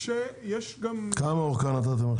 כמה נתתם?